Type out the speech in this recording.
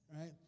right